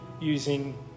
using